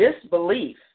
disbelief